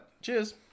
cheers